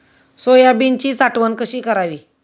सोयाबीनची साठवण कशी करावी?